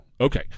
Okay